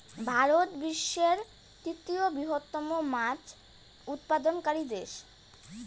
ভারত বিশ্বের তৃতীয় বৃহত্তম মাছ উৎপাদনকারী দেশ